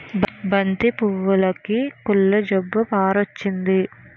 బంతి పువ్వులుకి కుళ్ళు జబ్బు పారొచ్చింది